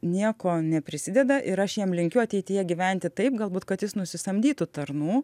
niekuo neprisideda ir aš jam linkiu ateityje gyventi taip galbūt kad jis nusisamdytų tarnų